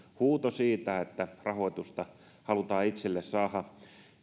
huuto siitä että rahoitusta halutaan itselle saada